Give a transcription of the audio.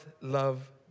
love